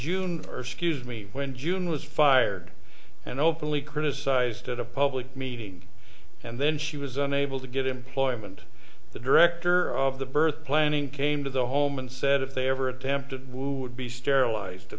june or scuse me when june was fired and openly criticized at a public meeting and then she was unable to get employment the director of the birth planning came to the home and said if they ever attempted to be sterilized